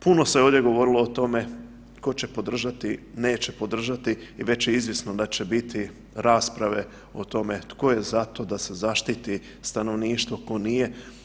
Puno se ovdje govorilo o tome tko će podržati, neće podržati i već je izvjesno da će biti rasprave o tome tko je za to da se zaštiti stanovništvo, tko nije.